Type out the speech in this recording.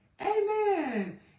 amen